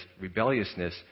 rebelliousness